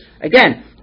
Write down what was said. again